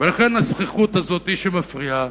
ולכן הזחיחות הזאת, שמפריעה,